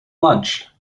lunch